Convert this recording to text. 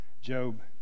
Job